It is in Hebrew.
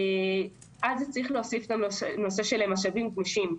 לזה צריך להוסיף משאבים גמישים.